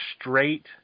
straight